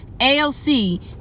AOC